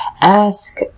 ask